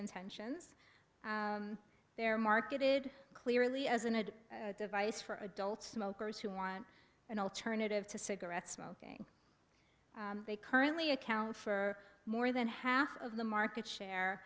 intentions they're marketed clearly as an ad device for adult smokers who want an alternative to cigarette smoking they currently account for more than half of the market share